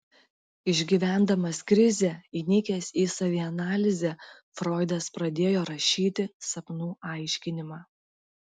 išgyvendamas krizę įnikęs į savianalizę froidas pradėjo rašyti sapnų aiškinimą